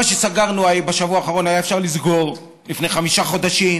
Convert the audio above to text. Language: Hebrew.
את מה שסגרנו בשבוע האחרון היה אפשר לסגור לפני חמישה חודשים.